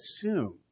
assume